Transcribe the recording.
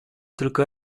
tylko